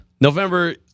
November